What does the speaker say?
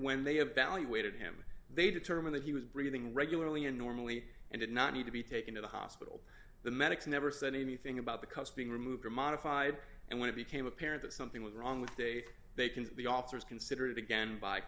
when they have valuated him they determine that he was breathing regularly and normally and did not need to be taken to the hospital the medics never said anything about the cost being removed or modified and when it became apparent that something was wrong with they they can the officers consider it again by